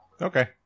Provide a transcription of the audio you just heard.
Okay